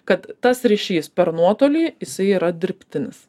kad tas ryšys per nuotolį jisai yra dirbtinis